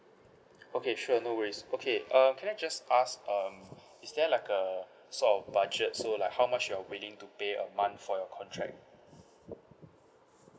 okay sure no worries okay uh can I just ask um is there like a sort of budget so like how much you're willing to pay a month for your contract